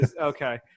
okay